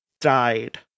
died